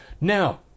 Now